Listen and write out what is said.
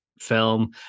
film